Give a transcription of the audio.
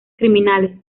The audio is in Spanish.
criminales